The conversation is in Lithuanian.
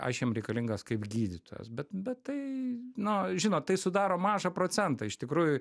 aš jiem reikalingas kaip gydytojas bet bet tai na žinot tai sudaro mažą procentą iš tikrųjų